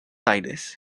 aires